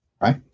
right